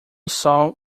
sol